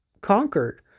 conquered